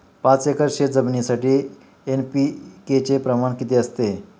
पाच एकर शेतजमिनीसाठी एन.पी.के चे प्रमाण किती असते?